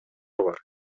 бар